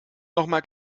nochmal